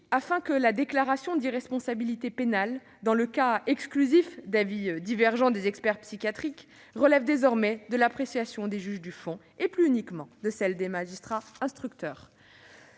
afin que la déclaration d'irresponsabilité pénale, dans le cas exclusif d'avis divergents des expertises psychiatriques, relève désormais de l'appréciation des juges du fond, et non plus uniquement de celle du magistrat instructeur.